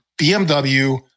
BMW